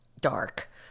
dark